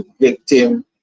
victim